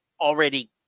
already